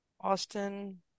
Austin